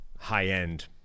high-end